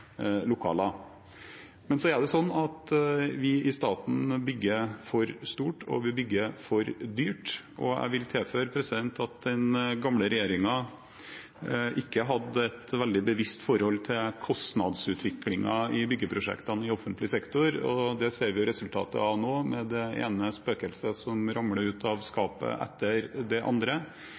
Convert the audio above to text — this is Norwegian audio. Men så er det sånn at vi i staten bygger for stort, og vi bygger for dyrt. Jeg vil tilføre at den gamle regjeringen ikke hadde et veldig bevisst forhold til kostnadsutviklingen i byggeprosjektene i offentlig sektor. Det ser vi resultatet av nå, med det ene spøkelset etter det andre som ramler ut av skapet. Det